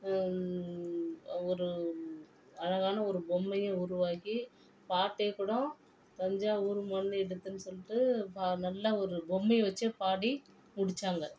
ஒரு அழகான ஒரு பொம்மையை உருவாக்கி பாட்டே கூட தஞ்சாவூர் மண்ணு எடுத்துன்னு சொல்லிட்டு பா நல்லா ஒரு பொம்மையை வச்சே பாடி முடித்தாங்க